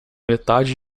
metade